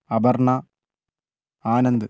Aparna Anand